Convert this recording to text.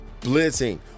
blitzing